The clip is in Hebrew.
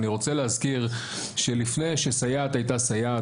אני רוצה להזכיר שלפני שסייעת הייתה סייעת